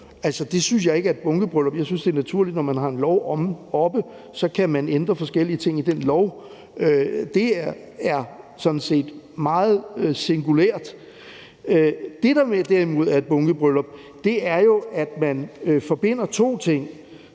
Det synes jeg ikke er et bunkebryllup. Jeg synes, det er naturligt, at man, når man har en lov oppe, så kan ændre forskellige ting i den lov. Det er sådan set meget singulært. Det, der derimod er et bunkebryllup, er jo, at man forbinder to ting,